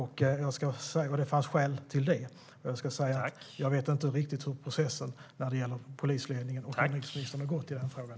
Det fanns skäl till det. Jag vet inte riktigt hur processen när det gäller polisledningen och inrikesministern har gått i den frågan.